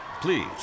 Please